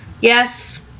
Yes